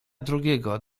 drugiego